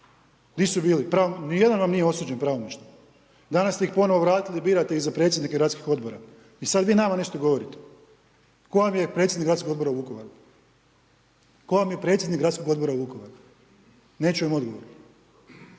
Ni jedan vam nije osuđen pravomoćno. Danas ste ih ponovo vratili, birate ih za predsjednike Gradskih odbora. I sada vi nama nešto govorite. Tko vam je predsjednik Gradskog odbora u Vukovaru? Ne čujem odgovor.